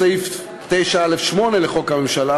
בהתאם לסעיף 9(א)(8) לחוק הממשלה,